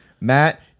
Matt